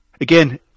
again